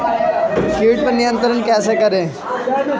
कीट पर नियंत्रण कैसे करें?